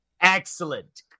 Excellent